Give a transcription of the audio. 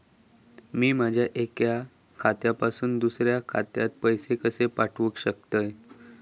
मी माझ्या एक्या खात्यासून दुसऱ्या खात्यात पैसे कशे पाठउक शकतय?